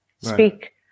speak